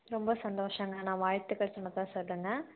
ரொம்ப சந்தோஷங்க நான் வாழ்த்துக்கள் சொன்னதாக சொல்லுங்க